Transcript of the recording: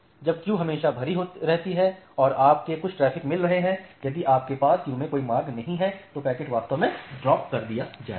जब क्यू हमेशा भरी रहती हैं और आपको कुछ ट्रैफ़िक मिल रहे हैं यदि आपके पास क्यू में कोई मार्ग नहीं है तो पैकेट्स वास्तव में ड्राप कर दिया जाएगा